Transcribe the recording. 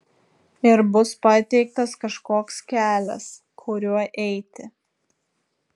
ir bus pateiktas kažkoks kelias kuriuo eiti